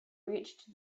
reached